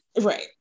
right